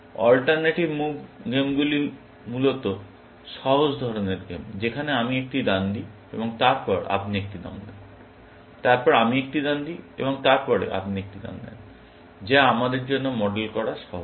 alternative move গেমগুলি মূলত সহজ ধরনের গেম যেখানে আমি একটি দান দিই এবং তারপর আপনি একটি দান দেন তারপর আমি একটি দান দিই এবং তারপরে আপনি একটি দান দেন যা আমাদের জন্য মডেল করা সহজ